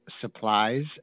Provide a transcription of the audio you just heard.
supplies